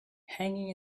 hanging